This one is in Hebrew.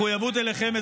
מחויבות אליכם,